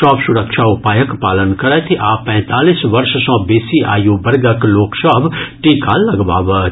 सभ सुरक्षा उपायक पालन करथि आ पैंतालीस वर्ष सँ बेसी आयु वर्गक लोक सभ टीका लगबावथि